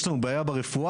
יש לנו בעיה ברפואה,